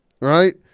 right